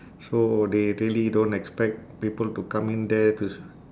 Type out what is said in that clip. so they really don't expect people to come in there to s~